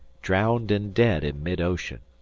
drowned and dead in mid-ocean,